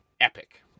epic